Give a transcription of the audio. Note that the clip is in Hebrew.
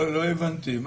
לא הבנתי.